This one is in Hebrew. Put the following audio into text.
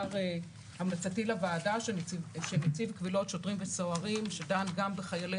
המלצתי לוועדה שנציב קבילות שוטרים וסוהרים שדן גם בחיילי